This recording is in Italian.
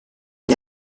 gli